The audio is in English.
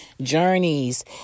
journeys